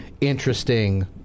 interesting